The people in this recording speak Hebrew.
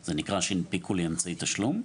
זה נקרא שהנפיקו לי אמצעי תשלום?